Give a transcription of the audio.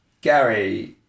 Gary